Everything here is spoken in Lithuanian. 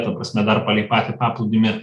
ta prasme dar palei patį paplūdimį